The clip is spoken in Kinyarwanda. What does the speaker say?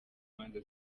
imanza